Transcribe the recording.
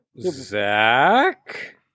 Zach